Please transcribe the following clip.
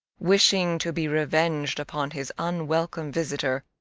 wishing to be revenged upon his unwelcome visitor,